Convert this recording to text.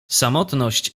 samotność